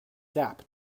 sap